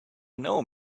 know